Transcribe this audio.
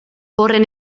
horren